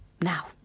Now